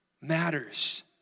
matters